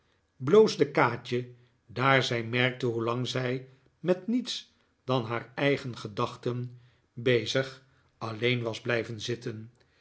bloosde kaatje daar zij merkte hoelang zij met niets dan haar eigen gedachten bezig alleen was blijven zitten